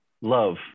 love